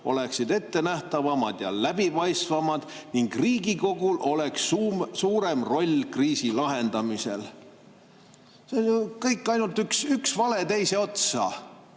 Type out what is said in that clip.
oleksid ettenähtavamad ja läbipaistvamad ning Riigikogul oleks suurem roll kriisi lahendamisel. Kõik ainult üks vale teise otsa,